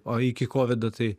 o iki kovido tai